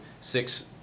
six